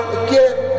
again